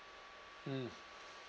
mm